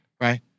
right